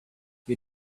you